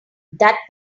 that